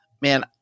Man